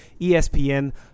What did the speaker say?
ESPN